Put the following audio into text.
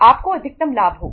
आपको अधिकतम लाभ होगा